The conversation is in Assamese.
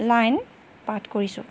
লাইন পাঠ কৰিছোঁ